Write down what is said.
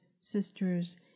sisters